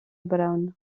brown